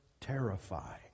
terrify